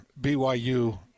BYU